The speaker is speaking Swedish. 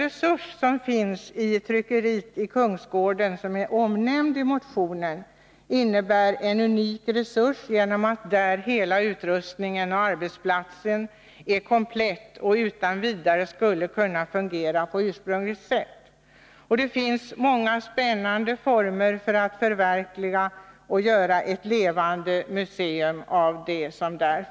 Det är riktigt att det tryckeri i Kungsgården som är omnämnt i motionen innebär en unik resurs genom att hela utrustningen och arbetsplatsen är komplett och utan vidare skulle kunna fungera på ursprungligt sätt. Och det finns många spännande former för att verkligen göra ett levande museum av detta tryckeri.